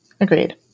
Agreed